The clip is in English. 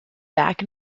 back